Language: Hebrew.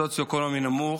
המצב הסוציו-אקונומי נמוך,